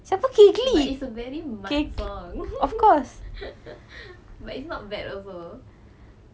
but it's a very mat song but it's not bad overall